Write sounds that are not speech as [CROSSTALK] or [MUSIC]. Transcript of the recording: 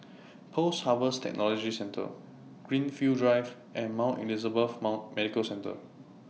Post Harvest Technology Centre Greenfield Drive and Mount Elizabeth [UNINTELLIGIBLE] Medical Centre